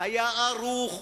היה ערוך,